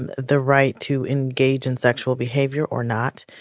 and the right to engage in sexual behavior or not.